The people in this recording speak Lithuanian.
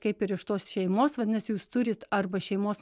kaip ir iš tos šeimos vadinasi jūs turit arba šeimos